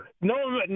no